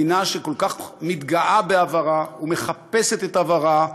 מדינה שכל כך מתגאה בעברה ומחפשת את עברה,